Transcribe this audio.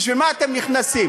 בשביל מה אתם נכנסים?